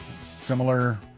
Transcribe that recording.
similar